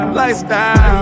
lifestyle